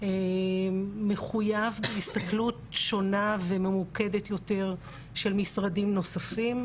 מחויב בהסתכלות שונה וממוקדת יותר של משרדים נוספים,